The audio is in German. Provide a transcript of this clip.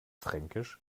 fränkisch